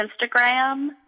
Instagram